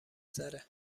سره